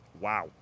Wow